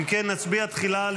אם כן, נצביע תחילה על